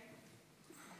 לרשותך חמש דקות.